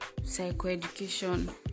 psychoeducation